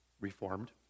Reformed